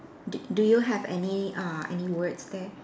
do do you have any uh any words there